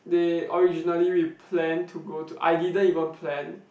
they originally we planned to go to I didn't even plan